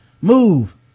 Move